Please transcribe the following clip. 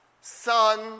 son